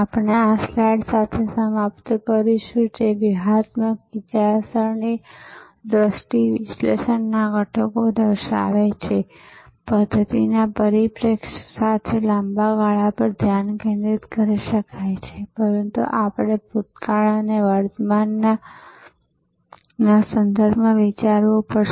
આપણે આ સ્લાઇડ સાથે સમાપ્ત કરીશું જે વ્યૂહાત્મક વિચારસરણી દ્રષ્ટિ વિશ્લેષણના ઘટકો દર્શાવે છે પધ્ધતિના પરિપ્રેક્ષ્ય સાથે લાંબા ગાળા પર ધ્યાન કેન્દ્રિત કરી શકાય છે પરંતુ આપણે ભૂતકાળ અને વર્તમાનના સંદર્ભમાં વિચારવું પડશે